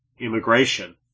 immigration